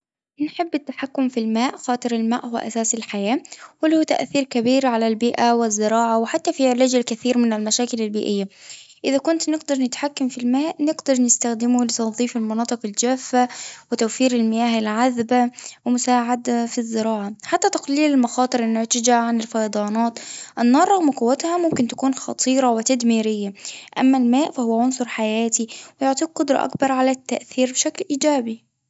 نحب التحكم في الماء خاطر الماء هو أساس الحياة، وله تأثير كبير على البيئة والزراعة وحتى في علاج الكثير من المشاكل البيئية إذا كنت نقدر نتحكم في الماء نقدر نستخدمه لتنظيف المناطق الجافة، وتوفير المياه العذبة والمساعدة في الزراعة، حتى تقليل المخاطر الناتجة عن الفيضانات، النار رغم قوتها ممكن تكون خطيرة وتدميرية أما الماء فهو عنصر حياتي يعطيك قدرة أكبر على التأثير بشكل إيجابي.